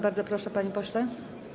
Bardzo proszę, panie pośle.